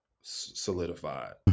solidified